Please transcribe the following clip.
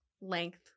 length